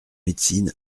médecine